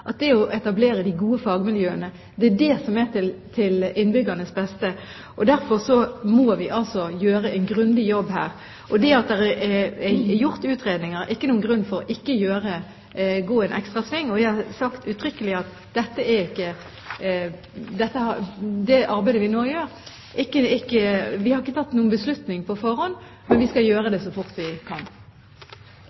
at det å etablere de gode fagmiljøene er til innbyggernes beste. Derfor må vi gjøre en grundig jobb her. At det er gjort utredninger, er ikke noen grunn for ikke å gå en ekstra sving. Jeg har sagt uttrykkelig når det gjelder det arbeidet vi nå gjør, at vi ikke har tatt noen beslutning på forhånd, men vi skal gjøre